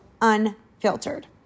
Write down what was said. unfiltered